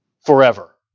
forever